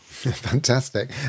Fantastic